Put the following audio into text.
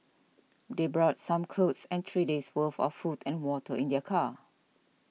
they brought some clothes and three days' worth of food and water in their car